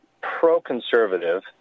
pro-conservative